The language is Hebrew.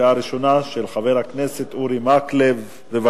של חבר הכנסת אורי מקלב ואחרים,